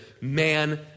Man